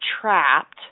trapped